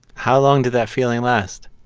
how long did that feeling last?